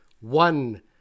one